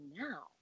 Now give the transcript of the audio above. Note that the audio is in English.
now